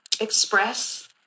express